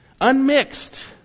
Unmixed